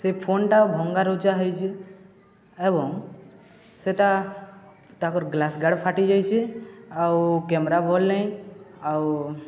ସେ ଫୋନ୍ଟା ଭଙ୍ଗାରୁଜା ହେଇଛେ ଏବଂ ସେଇଟା ତାଙ୍କର୍ ଗ୍ଲାସ୍ ଗାର୍ଡ଼ ଫାଟିଯାଇଛେ ଆଉ କ୍ୟାମେରା ଭଲ୍ ନାହିଁ ଆଉ